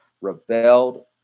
rebelled